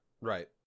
Right